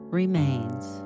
remains